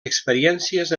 experiències